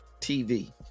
TV